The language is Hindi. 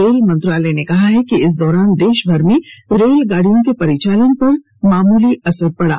रेल मंत्रालय ने कहा कि इस दौरान देशभर में रेलगाड़ियों के परिचालन पर मामूली असर पडा